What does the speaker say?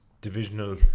Divisional